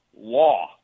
law